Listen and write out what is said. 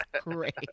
great